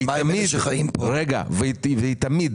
והיא תמיד